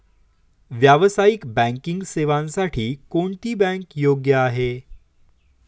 व्यावसायिक बँकिंग सेवांसाठी कोणती बँक योग्य आहे?